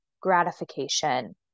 gratification